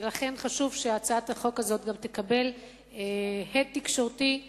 ולכן חשוב שהצעת החוק הזאת גם תקבל הד תקשורתי,